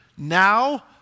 Now